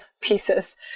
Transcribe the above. pieces